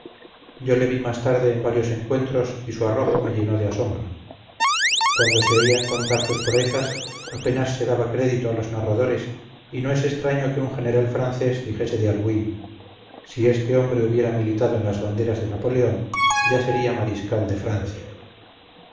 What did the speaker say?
yo le vi más tarde en varios encuentros y su arrojo me llenó de asombro cuando se oían contar sus proezas apenas se daba crédito a los narradores y no es extraño que un general francés dijese de albuín si este hombre hubiera militado en las banderas de napoleón ya sería mariscal de francia